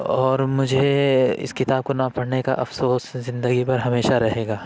اور مجھے اس کتاب کو نہ پڑھنے کا افسوس زندگی بھر ہمیشہ رہے گا